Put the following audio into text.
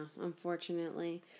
unfortunately